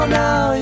now